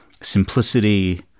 simplicity